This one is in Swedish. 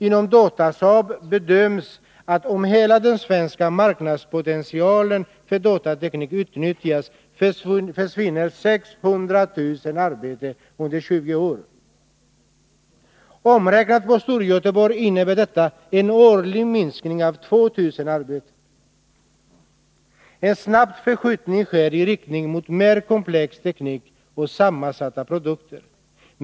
Inom Datasaab bedöms att om hela den svenska marknadspotentialen för datateknik utnyttjas, försvinner 600 000 arbeten under 20 år. Omräknat på Storgöteborg innebär detta en årlig minskning på 2 000 arbeten. En snabb förskjutning sker i riktning mot mer komplex teknik och sammansatta produkter.